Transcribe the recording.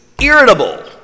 irritable